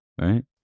right